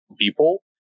people